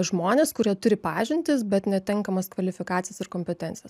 žmonės kurie turi pažintis bet netinkamas kvalifikacijas ir kompetencijas